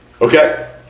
Okay